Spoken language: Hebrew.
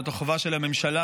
זאת החובה של הממשלה,